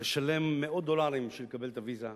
לשלם מאות דולרים בשביל לקבל את הוויזה,